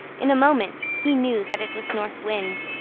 in a moment he knew that it was north wind.